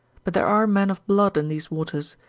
but there are men of blood in these waters,